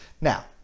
now